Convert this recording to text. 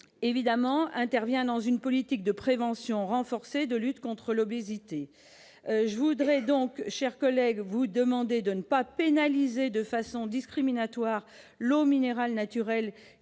évidemment essentielle dans le cadre d'une politique de prévention renforcée de lutte contre l'obésité. Mes chers collègues, je vous demande de ne pas pénaliser de façon discriminatoire l'eau minérale naturelle,